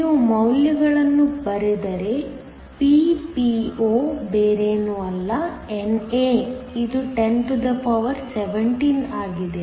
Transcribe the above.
ನೀವು ಮೌಲ್ಯಗಳನ್ನು ಬರೆದರೆ Ppo ಬೇರೇನೂ ಅಲ್ಲ NA ಇದು 1017 ಆಗಿದೆ